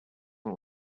nun